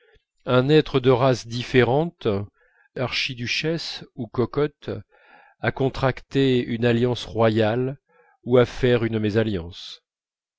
un être de race différente archiduchesse ou cocotte à contracter une alliance royale ou à faire une mésalliance